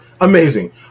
amazing